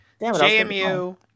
JMU